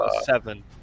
seven